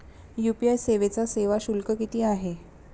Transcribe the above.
UPI सेवेचा सेवा शुल्क किती आहे?